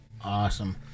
Awesome